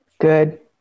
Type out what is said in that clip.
Good